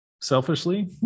selfishly